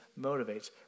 motivates